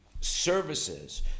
services